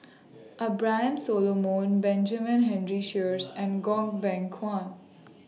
Abraham Solomon Benjamin Henry Sheares and Goh Beng Kwan